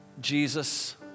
Jesus